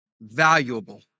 Valuable